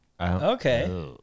Okay